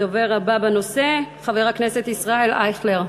הדובר הבא בנושא חבר הכנסת ישראל אייכלר.